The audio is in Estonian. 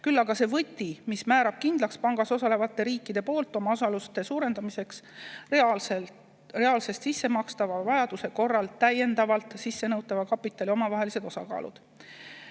vaid see võti, mis määrab kindlaks pangas osalevate riikide poolt oma osaluse suurendamiseks reaalselt sissemakstava ja vajaduse korral täiendavalt sissenõutava kapitali omavahelised osakaalud.